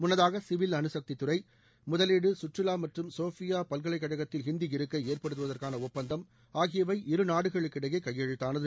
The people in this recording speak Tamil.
முன்னதாக சிவில் அனுசக்தித்துறை முதலீடு சுற்றுவா மற்றும் சோஃபியா பல்கலைக்கழகத்தில் ஹிந்தி இருக்கை ஏற்படுத்துவதற்கான ஒப்பந்தம் ஆகியவை இருநாடுகளுக்கிடையே கையெழுத்தானது